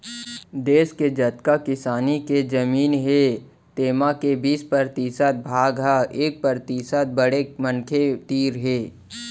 देस के जतका किसानी के जमीन हे तेमा के बीस परतिसत भाग ह एक परतिसत बड़े मनखे तीर हे